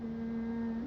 mm